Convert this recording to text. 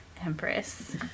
empress